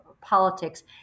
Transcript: politics